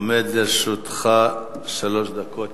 עומדות לרשותך שלוש דקות.